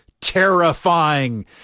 terrifying